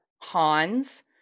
Hans